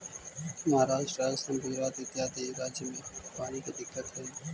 महाराष्ट्र, राजस्थान, गुजरात इत्यादि राज्य में पानी के दिक्कत हई